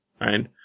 Right